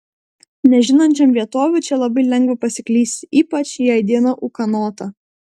nežinančiam vietovių čia labai lengva pasiklysti ypač jei diena ūkanota